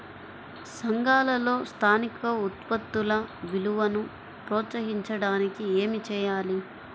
సంఘాలలో స్థానిక ఉత్పత్తుల విలువను ప్రోత్సహించడానికి ఏమి చేయాలి?